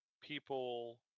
people